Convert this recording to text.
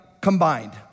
combined